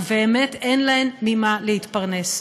ובאמת אין להן ממה להתפרנס.